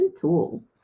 tools